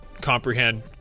comprehend